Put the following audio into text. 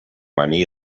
money